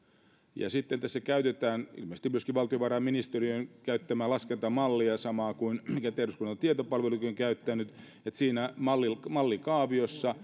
sitten tässä käytetään ilmeisesti myöskin valtiovarainministeriön käyttämää laskentamallia samaa mitä eduskunnan tietopalvelukin on käyttänyt ja siinä mallikaaviossa